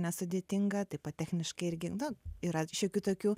nesudėtinga taip pat techniškai irgi nu yra šiokių tokių